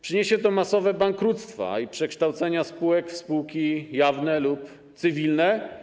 Przyniesie to masowe bankructwa i przekształcenia spółek w spółki jawne lub cywilne.